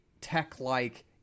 tech-like